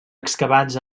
excavats